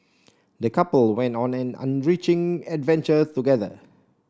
the couple went on an enriching adventure together